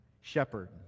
shepherd